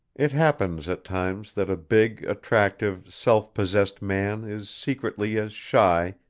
it happens at times that a big, attractive, self-possessed man is secretly as shy,